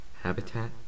Habitat